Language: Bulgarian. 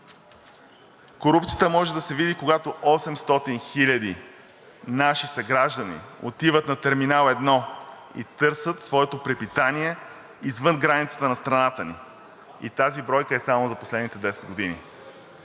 Корупцията може да се види, когато 800 000 наши съграждани отиват на Терминал 1 и търсят своето препитание извън границата на страната ни. И тази бройка е само за последните 10 години.